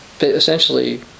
essentially